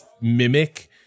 mimic